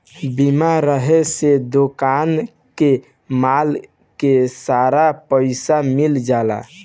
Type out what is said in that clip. बीमा रहे से दोकान के माल के सारा पइसा मिल जाला